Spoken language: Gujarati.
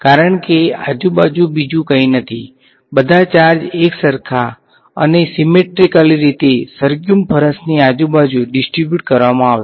કારણ કે આજુબાજુ બીજું કંઈ નથી બધા ચાર્જ એકસરખા અને સીમેટ્રીકલી કરવામાં આવશે